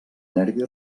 nervi